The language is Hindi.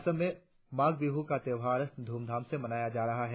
असम में माघ बिहु का त्यौहार बड़े ध्रमधाम से मनाया जा रहा है